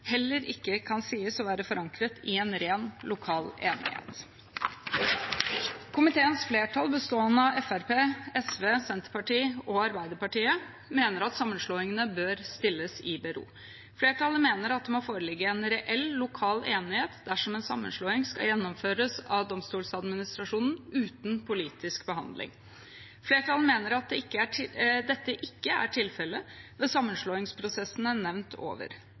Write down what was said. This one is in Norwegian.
heller ikke kan sies å være forankret i en ren lokal enighet. Komiteens flertall, bestående av Fremskrittspartiet, SV, Senterpartiet og Arbeiderpartiet, mener sammenslåingene bør stilles i bero. Flertallet mener det må foreligge en reell lokal enighet dersom en sammenslåing skal gjennomføres av Domstoladministrasjonen uten politisk behandling. Flertallet mener dette ikke er tilfellet ved sammenslåingsprosessene nevnt over.